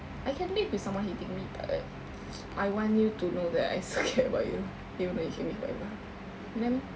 I can live with someone hating me but I want you to know that I still care about you even though you hate me forever you know what I mean